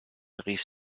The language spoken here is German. rief